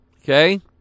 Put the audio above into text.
okay